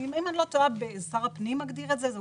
אם אני לא טועה, שר הפנים מגדיר את זה.